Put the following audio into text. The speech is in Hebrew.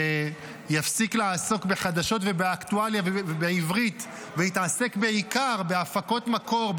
שיפסיק לעסוק בחדשות ובאקטואליה בעברית ויעסוק בעיקר בהפקות מקור,